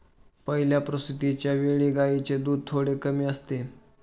पहिल्या प्रसूतिच्या वेळी गायींचे दूध थोडे कमी असते